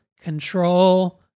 control